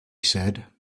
said